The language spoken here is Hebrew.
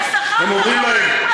אתה שכרת חוקרים פרטיים,